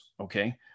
okay